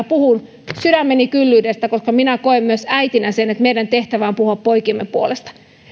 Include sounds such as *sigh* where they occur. *unintelligible* puhun sydämeni kyllyydestä koska minä koen myös äitinä niin että meidän tehtävämme on puhua poikiemme puolesta